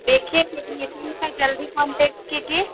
دیکھیے ٹیکنیشین کا جلدی کانٹیکٹ کیجیے